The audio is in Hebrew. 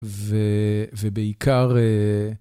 ובעיקר...